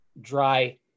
dry